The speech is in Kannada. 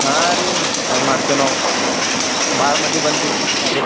ಹಾಂ ರೀ ಸಮ್ ಮಾಡ್ತೇವೆ ನಾವು ಭಾಳ ಮಂದಿ ಬಂದು